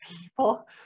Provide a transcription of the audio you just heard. people